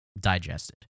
digested